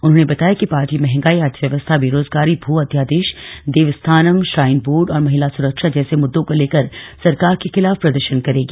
उन्होंने बताया कि पार्टी महंगाई अर्थव्यवस्था बेरोजगारी भू अध्यादेश देवस्थानम् श्राइन बोर्ड और महिला सुरक्षा जैसे मृद्दों को लेकर सरकार के खिलाफ प्रदर्शन करेगी